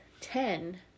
ten